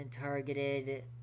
targeted